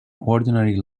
ordinary